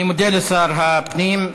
אני מודה לשר הפנים.